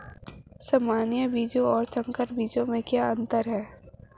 सामान्य बीजों और संकर बीजों में क्या अंतर है?